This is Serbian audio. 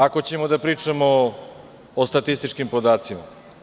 Ako ćemo da pričamo o statističkim podacima.